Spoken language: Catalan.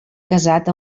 casat